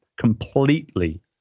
completely